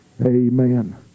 Amen